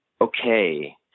okay